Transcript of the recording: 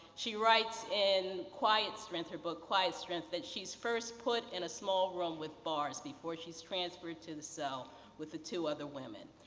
she writes in quiet strength, her book quiet strength, that she's first put in a small room with bars before she's transferred to the cell with two other women.